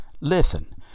Listen